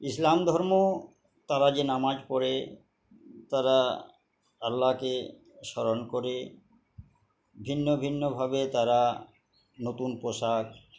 ইসলাম ধর্ম তারা যে নামাজ পড়ে তারা আল্লাকে স্মরণ করে ভিন্ন ভিন্নভাবে তারা নতুন পোশাক